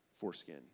foreskin